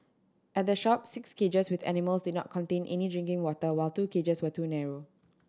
at the shop six cages with animals did not contain any drinking water while two cages were too narrow